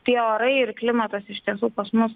tie orai ir klimatas iš tiesų pas mus